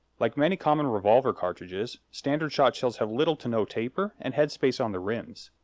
like many common revolver cartridges, standard shotshells have little to no taper, and headspace on their rims.